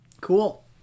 Cool